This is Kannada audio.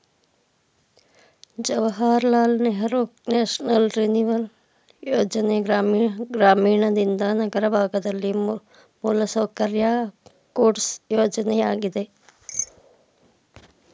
ಜವಾಹರ್ ಲಾಲ್ ನೆಹರೂ ನ್ಯಾಷನಲ್ ರಿನಿವಲ್ ಯೋಜನೆ ಗ್ರಾಮೀಣಯಿಂದ ನಗರ ಭಾಗದಲ್ಲಿ ಮೂಲಸೌಕರ್ಯ ಕೊಡ್ಸು ಯೋಜನೆಯಾಗಿದೆ